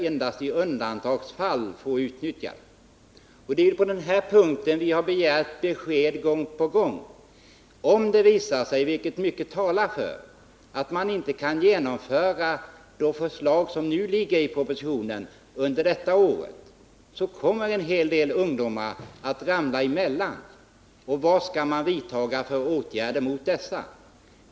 Endast i undantagsfall skall de få utnyttjas. Det är på den här punkten vi har begärt besked gång på gång. Om det visar sig — vilket mycket talar för — att man inte under detta år kan genomföra de förslag som propositionen innehåller, så kommer en hel del ungdomar att så att säga ramla emellan. Och vad skall man vidta för åtgärder för dessa?